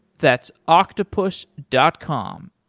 that's octopus dot com,